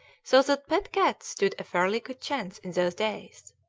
so that pet cats stood a fairly good chance in those days.